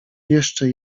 jeszcze